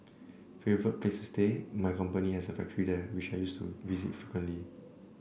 favourite place to stay my company has a factory there which I used to visit frequently